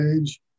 age